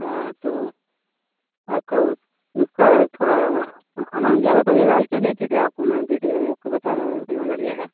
हाँ तो आपका उस उसका थोड़ा अमाउन्ट ज़्यादा पड़ जाएगा अछा चलिए ठीक है आपको मैं बीस हजार मैं बता रहा हूँ उतना लग जाएगा